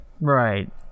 Right